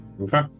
Okay